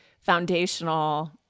foundational